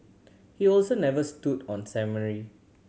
he also never stood on ceremony